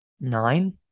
nine